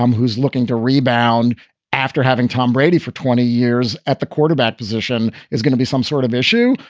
um who's looking to rebound after having tom brady for twenty years at the quarterback position, is going to be some sort of issue.